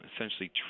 essentially